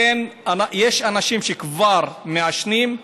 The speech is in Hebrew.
יש אנשים שכבר מעשנים,